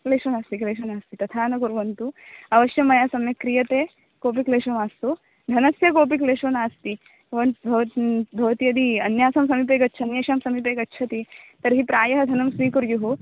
क्लेषो नास्ति क्लेषो नास्ति तथा न कुर्वन्तु अवश्यं मया सम्यक् क्रीयते कोऽपि क्लेषः मास्तु धनस्य कोऽपि क्लेशो नास्ति भव भवन् भवत्यभि अन्यासं समीपे गच्छन् अन्येषां समीपे गच्छति तर्हि प्रायः धनं स्वीकुर्युः